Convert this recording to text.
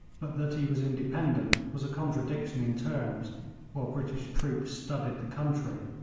but that he was independent was a contradiction in terms while british troops studded the country,